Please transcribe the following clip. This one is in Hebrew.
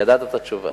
ידעתי את התשובה.